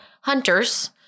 hunters